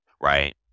Right